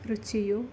ರುಚಿಯು